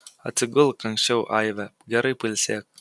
atsigulk anksčiau aive gerai pailsėk